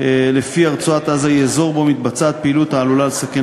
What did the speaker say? אינו נוכח איילת שקד,